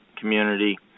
community